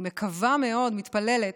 אני מקווה מאוד, מתפללת,